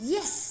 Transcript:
Yes